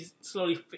slowly